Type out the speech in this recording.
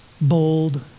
bold